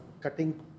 cutting